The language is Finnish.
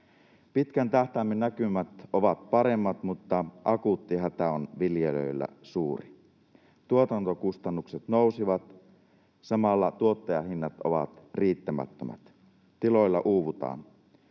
Pitkän tähtäimen näkymät ovat paremmat, mutta akuutti hätä on viljelijöillä suuri. Tuotantokustannukset nousivat, samalla tuottajahinnat ovat riittämättömät. Tiloilla uuvutaan.